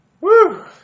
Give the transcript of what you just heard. Woo